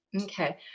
Okay